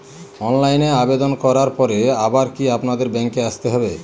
অনলাইনে আবেদন করার পরে আবার কি আপনাদের ব্যাঙ্কে আসতে হবে?